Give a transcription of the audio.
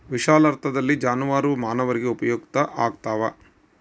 ವಿಶಾಲಾರ್ಥದಲ್ಲಿ ಜಾನುವಾರು ಮಾನವರಿಗೆ ಉಪಯುಕ್ತ ಆಗ್ತಾವ